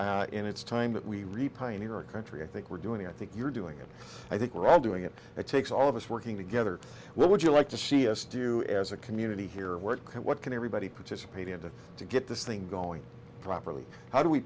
country and it's time that we replying to your country i think we're doing i think you're doing it i think we're all doing it it takes all of us working together would you like to see us do as a community here and work what can everybody participate in to to get this thing going properly how do we